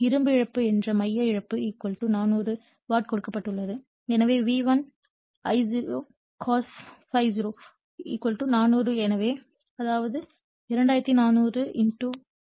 எனவே இரும்பு இழப்பு என்ற மைய இழப்பு 400 வாட் கொடுக்கப்பட்டுள்ளது எனவே V1 I0 cos ∅0 400 எனவே அதாவது 2400 0